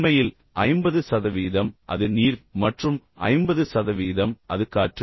உண்மையில் ஐம்பது சதவீதம் அது நீர் மற்றும் 50 சதவீதம் அது காற்று